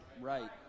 Right